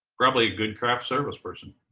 probably a good craft service person.